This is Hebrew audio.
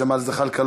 ג'מאל זחאלקה,